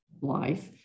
life